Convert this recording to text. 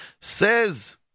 Says